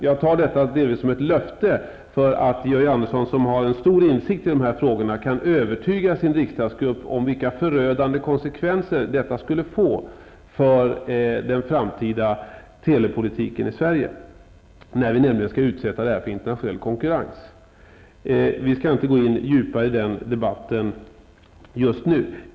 Jag tar dagens uttalande som ett löfte om att Georg Andersson, som har stor insikt i de här frågorna, övertygar sin riksdagsgrupp om vilka förödande konsekvenser detta skulle få för den framtida telepolitiken i Sverige, nämligen när vi skall utsätta den för internationell konkurrens. Vi skall inte gå in djupare i den debatten just nu.